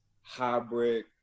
hybrid